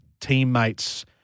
teammates